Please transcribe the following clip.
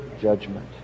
judgment